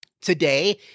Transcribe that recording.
today